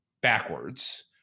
backwards